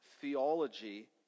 theology